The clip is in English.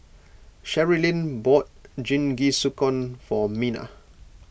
Sherilyn bought Jingisukan for Mena